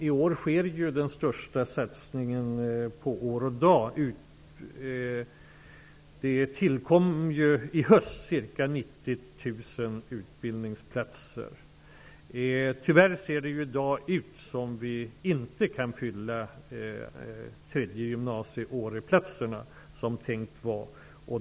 I år sker den största satsningen på år och dag. I höstas tillkom ca 90 000 utbildningsplatser. Tyvärr ser det i dag ut som om vi inte kan fylla platserna på det tredje året på gymnasiet, som tänkt var.